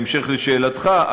בהמשך לשאלתך,